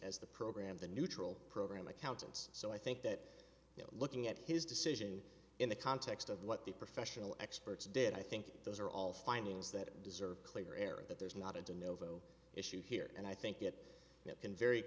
as the program the neutral program accountants so i think that you know looking at his decision in the context of what the professional experts did i think those are all findings that deserve a clear error that there's not a done novo issue here and i think it